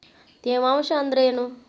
ತೇವಾಂಶ ಅಂದ್ರೇನು?